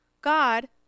God